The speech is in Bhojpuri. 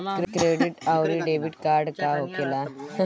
क्रेडिट आउरी डेबिट कार्ड का होखेला?